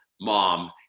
mom